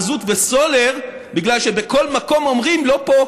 מזוט וסולר בגלל שבכל מקום אומרים: לא פה,